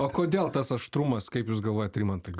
o kodėl tas aštrumas kaip jūs galvojat rimantai